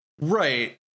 Right